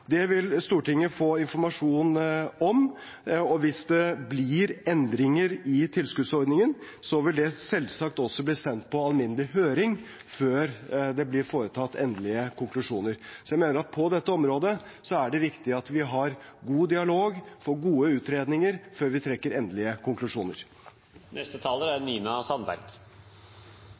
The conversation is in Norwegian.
Det vil Stortinget få informasjon om. Hvis det blir endringer i tilskuddsordningen, vil det selvsagt også bli sendt på alminnelig høring før det blir foretatt endelige konklusjoner. Jeg mener at på dette området er det viktig at vi har god dialog, får gode utredninger, før vi trekker endelige